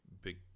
big